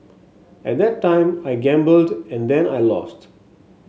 at that time I gambled and then I lost